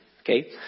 Okay